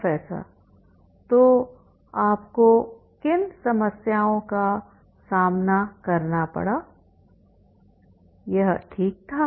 professor तो आपको किन समस्याओं का सामना करना पड़ा यह ठीक था